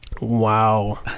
Wow